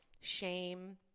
shame